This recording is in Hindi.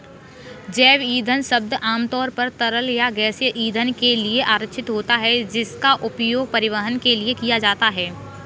जैव ईंधन शब्द आमतौर पर तरल या गैसीय ईंधन के लिए आरक्षित होता है, जिसका उपयोग परिवहन के लिए किया जाता है